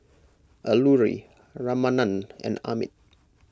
Alluri Ramanand and Amit